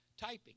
typing